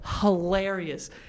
Hilarious